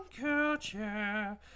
Culture